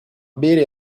bere